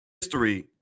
history